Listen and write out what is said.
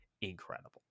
incredible